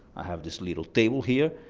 i have this little table here.